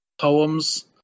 poems